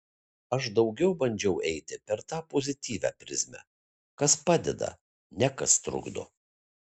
aš daugiau bandžiau eiti per tą pozityvią prizmę kas padeda ne kas trukdo